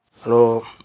Hello